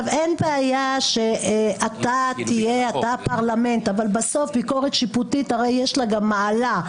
אין בעיה שאתה תהיה אתה הפרלמנט אבל בסוף ביקורת שיפוטית יש לה גם מעלה.